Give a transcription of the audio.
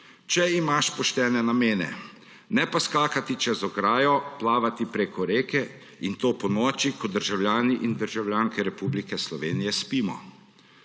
če imaš poštene namene; ne pa skakati čez ograjo, plavati preko reke, in to ponoči, ko državljani in državljanke Republike Slovenije spimo.